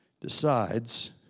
decides